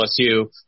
LSU